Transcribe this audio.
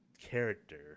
character